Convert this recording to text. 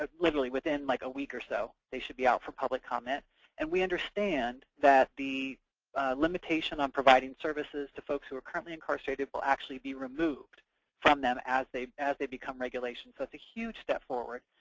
ah literally, within like a week or so, they should be out for public comment and we understand that the limitation on providing services to folks who are currently incarcerated will actually be removed from them as they as they become regulations. so it's a huge step forward,